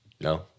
No